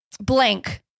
Blank